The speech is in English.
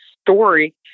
story